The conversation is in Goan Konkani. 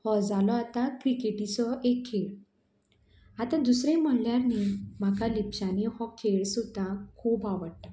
हो जालो आतां क्रिकेटीचो एक खेळ आतां दुसरें म्हणल्यार न्ही म्हाका लिपच्यांनी हो खेळ सुद्दां खूब आवडटा